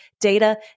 data